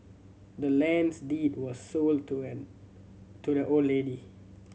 the land's deed was sold to an to the old lady